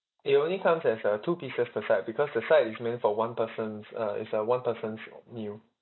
it only comes as a two pieces per side because the side is meant for one person's uh is a one person's uh meal